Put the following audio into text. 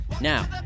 Now